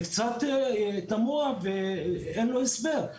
זה קצת תמוה ואין לו הסבר.